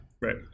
right